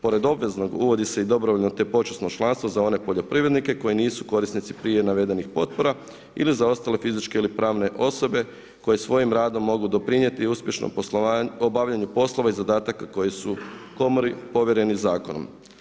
Pred obveznog, uvodi se i dobrovoljno te počasno članstvo za one poljoprivrednike koji nisu korisnici prije navedenih potpora ili za ostale fizičke ili pravne osobe koji svojim radom mogu doprinijeti uspješnom poslovanju, obavljanju poslova i zadataka koje su komori povjereni zakoni.